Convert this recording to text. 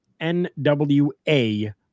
nwa